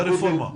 ללמידה.